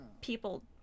People